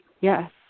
yes